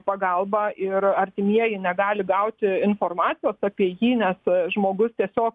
pagalbą ir artimieji negali gauti informacijos apie jį nes žmogus tiesiog